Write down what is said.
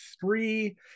three